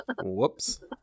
Whoops